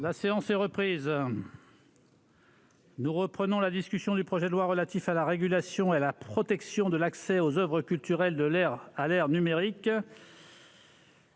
La séance est reprise. L'ordre du jour appelle la discussion du projet de loi relatif à la régulation et à la protection de l'accès aux oeuvres culturelles à l'ère numérique